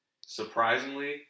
surprisingly